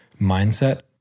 mindset